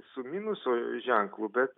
su minuso ženklu bet